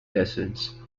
lessons